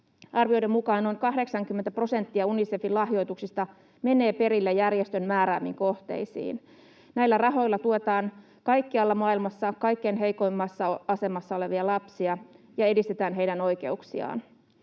Arvioiden mukaan noin 80 prosenttia Unicefin lahjoituksista menee perille järjestön määräämiin kohteisiin. Näillä rahoilla tuetaan kaikkialla maailmassa kaikkein heikoimmassa asemassa olevia lapsia ja edistetään heidän oikeuksiaan.